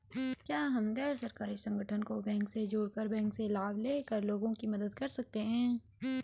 क्या हम गैर सरकारी संगठन को बैंक से जोड़ कर बैंक से लाभ ले कर लोगों की मदद कर सकते हैं?